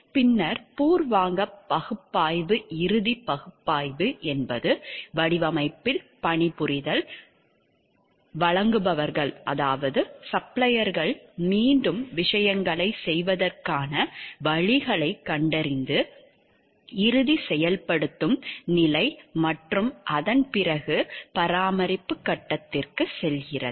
பின்னர் பூர்வாங்க பகுப்பாய்வு இறுதி பகுப்பாய்வு என்பது வடிவமைப்பில் பணிபுரிதல் சப்ளையர்கள் மீண்டும் விஷயங்களைச் செய்வதற்கான வழிகளைக் கண்டறிந்து இறுதி செயல்படுத்தும் நிலை மற்றும் அதன் பிறகு பராமரிப்பு கட்டத்திற்குச் செல்கிறது